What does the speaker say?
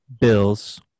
Bills